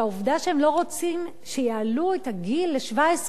והעובדה שהם לא רוצים שיעלו את הגיל ל-17,